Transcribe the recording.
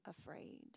afraid